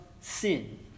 sin